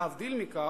להבדיל מכך,